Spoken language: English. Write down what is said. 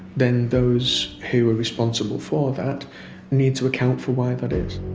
then those who were responsible for that need to account for why that is.